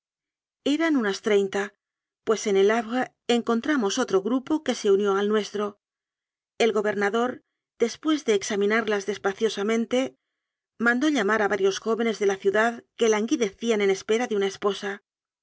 eran unas treinta pues en el havre encontramos otro grupo que se unió al nuestro el gobernador después de examinarlas despaciosamente mandó llamar a varios jóvenes de la ciudad que langui decían en espera de una esposa